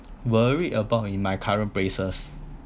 worry about in my current places